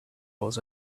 was